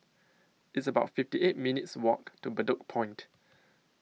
It's about fifty eight minutes' Walk to Bedok Point